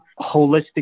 holistic